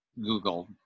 Google